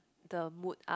the mood up